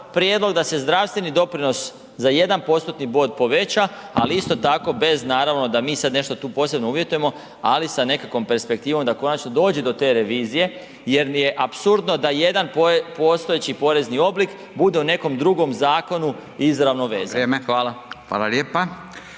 prijedlog da se zdravstveni doprinos za 1 postotni bod poveća, ali isto tako bez naravno da mi sad nešto tu posebno uvjetujemo ali sa nekakvom perspektivom da konačno dođe do te revizije jer mi je apsurdno da jedan postojeći porezni oblik bude u nekom drugom zakonu izravno vezan. Hvala. **Radin,